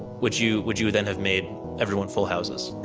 would you would you then have made everyone full houses?